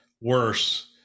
worse